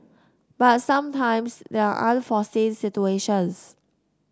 but sometimes there are unforeseen situations